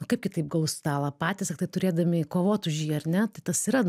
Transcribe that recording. nu kaip kitaip gaus stalą patys tiktai turėdami kovot už jį ar ne tai tas yra